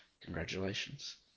Congratulations